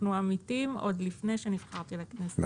אנחנו עמיתים עוד לפני שנבחרתי לכנסת.